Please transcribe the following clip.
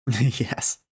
Yes